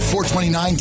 .429